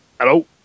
Hello